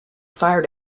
fire